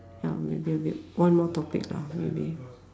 ya maybe a bit one more topic lah maybe